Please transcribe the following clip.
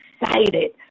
excited